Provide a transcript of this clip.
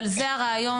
אבל זה הרעיון.